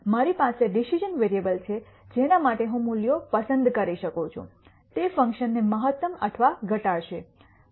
મારી પાસે decision variable છે જેના માટે હું મૂલ્યો પસંદ કરી શકું છું તે ફંક્શનને મહત્તમ અથવા ઘટાડશે